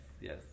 yes